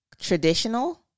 traditional